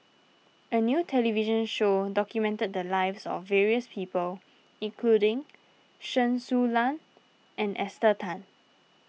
a new television show documented the lives of various people including Chen Su Lan and Esther Tan